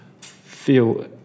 feel